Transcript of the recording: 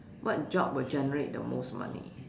what job will generate the most money